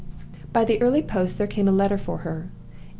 by the early post there came a letter for her.